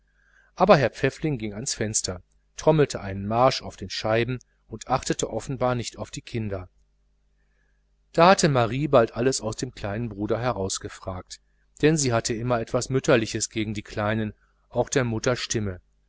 aber herr pfäffling ging ans fenster trommelte einen marsch auf den scheiben und achtete offenbar nicht auf die kinder da hatte marie bald alles aus dem kleinen bruder herausgefragt denn sie hatte immer etwas mütterliches gegen die kleinen auch der mutter